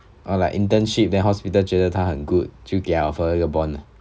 orh like internship then hospital 觉得他很 good 就给她那个 bond ah